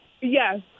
Yes